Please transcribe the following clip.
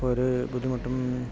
അപ്പോൾ ഒരു ബുദ്ധിമുട്ടും